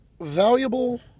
valuable